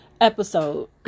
episode